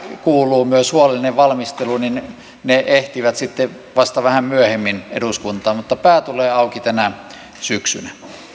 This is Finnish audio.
kuuluu myös huolellinen valmistelu niin ne ne ehtivät sitten vasta vähän myöhemmin eduskuntaan mutta pää tulee auki tänä syksynä